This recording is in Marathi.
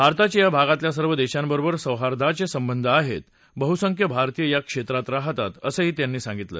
भारताचे या भागातल्या सर्व देशांबरोबर सौहार्दाचे संबंध आहेत बहुसंख्य भारतीय या क्षेत्रात राहतात असंही त्यांनी संगितलं